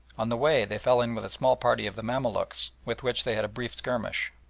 on the way they fell in with a small party of the mamaluks, with which they had a brief skirmish,